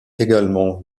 également